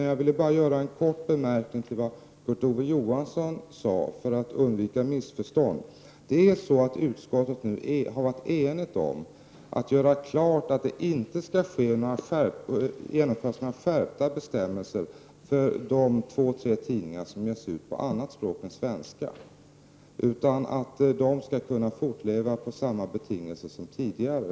Jag ville bara — för att undvika missförstånd — göra en kort bemärkning till det som Kurt Ove Johansson sade. Utskottet har enats om att göra klart att det inte skall genomföras några skärpta bestämmelser för de två tre tidningar som ges ut på annat språk än svenska. Dessa tidningar skall kunna fortleva under samma betingelser som tidigare.